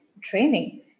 training